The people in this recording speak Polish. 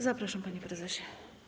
Zapraszam, panie prezesie.